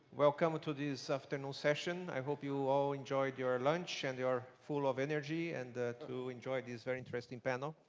welcome ah to this afternoon's session. i hope you all enjoyed your lunch and you are full of energy and to enjoy this very interesting panel.